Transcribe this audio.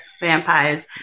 vampires